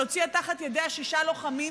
שהוציאה תחת ידיה שישה לוחמים,